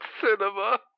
cinema